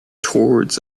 towards